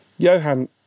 Johan